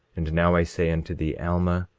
and now i say unto thee, alma,